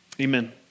Amen